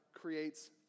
creates